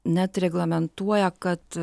net reglamentuoja kad